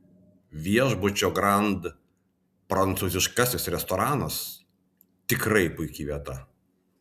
viešbučio grand prancūziškasis restoranas tikrai puiki vieta